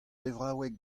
levraoueg